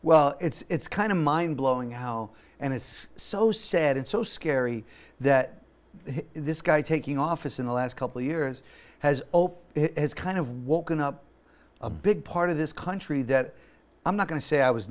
well it's kind of mind blowing how and it's so sad and so scary that this guy taking office in the last couple years has opened his kind of woken up a big part of this country that i'm not going to say i was